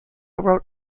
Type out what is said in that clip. wrote